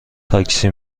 تاکسی